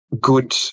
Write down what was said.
good